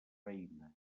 reina